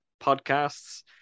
podcasts